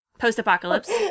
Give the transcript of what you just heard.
Post-apocalypse